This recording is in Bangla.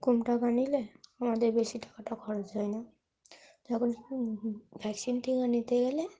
কম টাকা নিলে আমাদের বেশি টাকাটা খরচ হয় না যখন ভ্যাকসিন টিকা নিতে গেলে